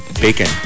bacon